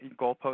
goalposts